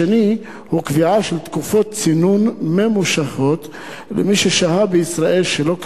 השני הוא קביעה של תקופות צינון ממושכות למי ששהה בישראל שלא כדין,